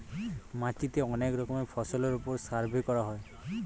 মাটিতে অনেক রকমের ফসলের ওপর সার্ভে করা হয়